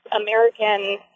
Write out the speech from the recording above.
American